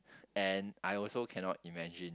and I also cannot imagine